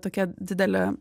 tokia didelė